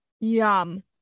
Yum